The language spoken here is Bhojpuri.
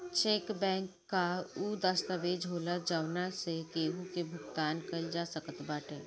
चेक बैंक कअ उ दस्तावेज होला जवना से केहू के भुगतान कईल जा सकत बाटे